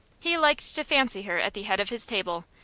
he liked to fancy her at the head of his table,